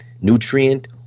nutrient